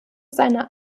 seiner